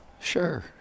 sure